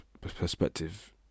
perspective